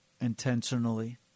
intentionally